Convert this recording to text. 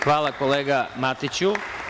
Hvala, kolega Matiću.